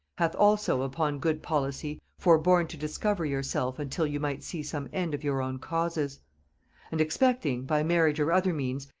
hath also upon good policy forborne to discover yourself until you might see some end of your own causes and expecting, by marriage or other means,